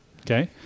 Okay